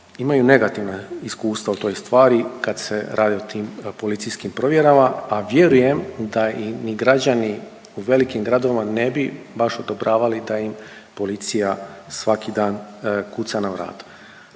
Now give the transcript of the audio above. imaju negativna iskustva u toj stvari kad se radi o tim policijskim provjerama, a vjerujem da im ni građani u velikim gradovima ne bi baš odobravali da im policija svaki dan kuca na vrata.